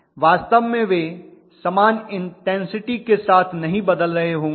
वास्तव में वे समान इन्टेन्सिटी के साथ नहीं बदल रहे होंगे